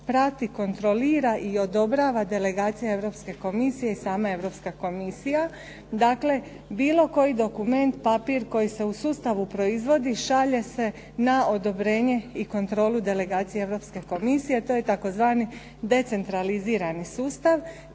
prati, kontrolira i odobrava delegacija Europske komisije i sama Europska komisija. Dakle, bilo koji dokument, papir koji se u sustavu proizvodi šalje se na odobrenje i kontrolu delegaciji Europske komisije. To je tzv. decentralizirani sustav.